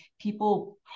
people